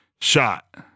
shot